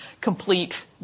complete